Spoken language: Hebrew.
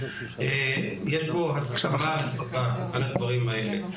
יש פה...על הדברים האלה,